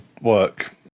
work